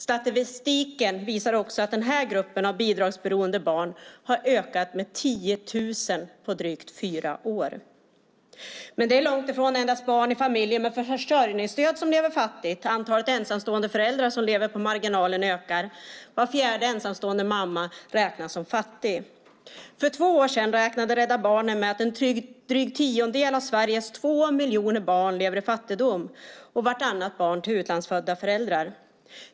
Statistiken visar att den här gruppen av bidragsberoende barn har ökat med 10 000 på drygt fyra år. Men det är långt ifrån endast barn i familjer med försörjningsstöd som lever fattigt. Antalet ensamstående föräldrar som lever på marginalen ökar; var fjärde ensamstående mamma räknas som fattig. För två år sedan räknade Rädda Barnen med att en dryg tiondel av Sveriges två miljoner barn lever i fattigdom och vartannat barn till utlandsfödda föräldrar.